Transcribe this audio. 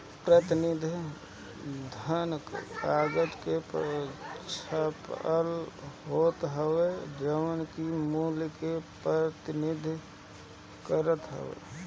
प्रतिनिधि धन कागज पअ छपल होत हवे जवन की मूल्य के प्रतिनिधित्व करत हवे